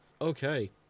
Okay